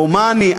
הומני.